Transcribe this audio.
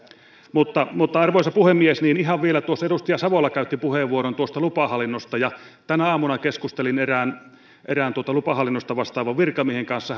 arvoisa puhemies tuossa edustaja savola käytti puheenvuoron lupahallinnosta tänä aamuna keskustelin erään erään lupahallinnosta vastaavan virkamiehen kanssa